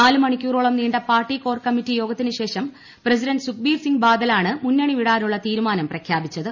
നാല് മണിക്കൂറോളം നീണ്ട പാർട്ടി കോർ കമ്മിറ്റി യോഗത്തിന് ശേഷം പ്രസിഡന്റ് സുഖ്ബീർ സിങ് ബാദലാണ് മുന്നണി വിടാനുള്ള തീരുമാനം പ്രഖ്യാപിച്ചത്